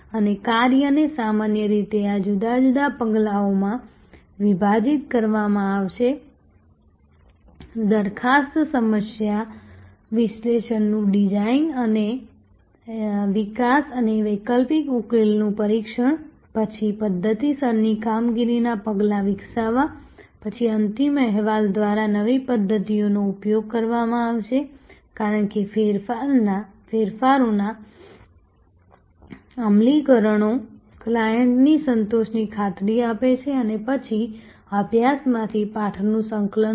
તે કાર્યને સામાન્ય રીતે આ જુદા જુદા પગલાઓમાં વિભાજિત કરવામાં આવશે દરખાસ્ત સમસ્યા વિશ્લેષણ ડિઝાઇન અને વિકાસ અને વૈકલ્પિક ઉકેલનું પરીક્ષણ પછી પદ્ધતિસરની કામગીરીના પગલાં વિકસાવવા પછી અંતિમ અહેવાલ દ્વારા નવી પદ્ધતિઓનો ઉપયોગ કરવામાં આવશે કારણ કે ફેરફારોના અમલીકરણો ક્લાયંટની સંતોષની ખાતરી આપે છે અને પછી અભ્યાસમાંથી પાઠનું સંકલન કરો